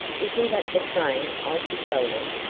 isn't that the train i should go on?